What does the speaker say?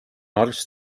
arst